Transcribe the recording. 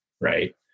Right